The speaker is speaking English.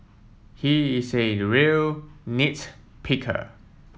he is a real nit picker